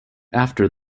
after